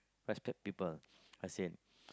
respect people as in